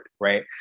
right